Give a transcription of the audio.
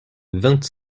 vingt